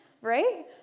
right